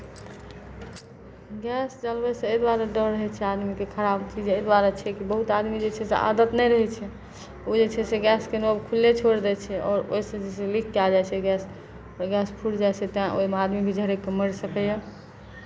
gas चलबयसँ एहि दुआरे डर होइ छै आदमीकेँ खराब चीज एहि दुआरे छै कि बहुत आदमी जे छै से आदत नहि रहै छै ओ जे छै से गैसके नब खुल्ले छोड़ि दै छै आओर ओहिसँ जे लीक कए जाइ छै गैस तऽ गैस खुलि जाइ छै तैँ ओहिमे आदमी भी झरकि कऽ मरि सकैए